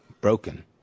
broken